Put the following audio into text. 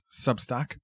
Substack